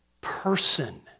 person